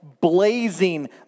blazing